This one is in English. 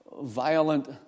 violent